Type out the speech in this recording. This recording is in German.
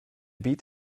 beat